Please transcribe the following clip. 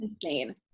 insane